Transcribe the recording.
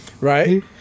right